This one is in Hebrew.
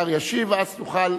השר ישיב, ואז תוכל